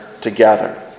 together